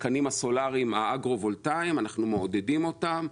הסולאריים האגרו-וולטאים; אנחנו מעודדים אותם,